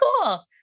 cool